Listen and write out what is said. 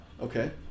Okay